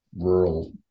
rural